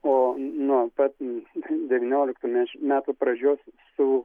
o nuo pat nu devynioliktų metų pradžios su